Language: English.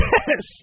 Yes